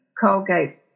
Colgate